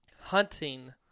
hunting